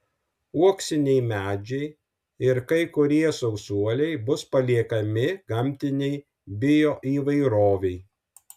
uoksiniai medžiai ir kai kurie sausuoliai bus paliekami gamtinei bioįvairovei